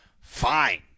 Fine